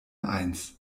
eins